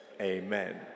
Amen